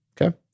Okay